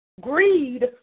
Greed